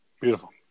beautiful